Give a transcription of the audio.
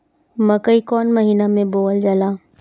मकई कौन महीना मे बोअल जाला?